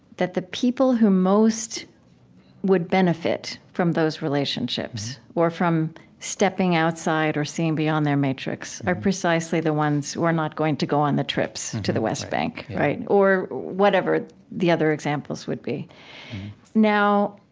that the people who most would benefit from those relationships or from stepping outside or seeing beyond their matrix, are precisely the ones who are not going to go on the trips to the west bank, or whatever the other examples would be now,